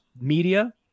media